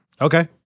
Okay